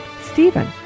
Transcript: Stephen